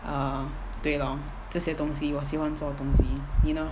um 对 lor 这些东西我喜欢做的东西 you know